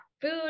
food